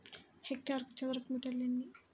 హెక్టారుకు చదరపు మీటర్లు ఎన్ని?